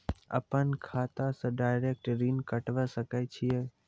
अपन खाता से डायरेक्ट ऋण कटबे सके छियै?